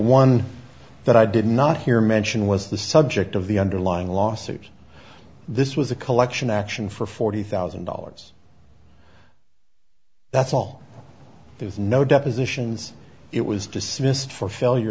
one that i did not hear mention was the subject of the underlying lawsuit this was a collection action for forty thousand dollars that's all there's no depositions it was dismissed for failure